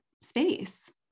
space